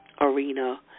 arena